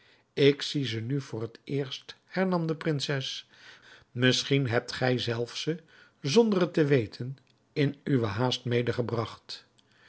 ik zie ze nu voor het eerst hernam de prinses misschien hebt gij zelf ze zonder het te weten in uwe haast